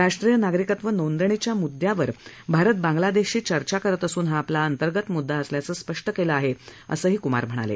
राष्ट्रीय नागरिकत्व नोंदणीच्या मुद्यावर भारत बांग्लादेशशी चर्चा करत असून हा आपला अंतर्गत मुद्दा असल्याचं स्पष्ट केलं आहे असं क्मार म्हणाले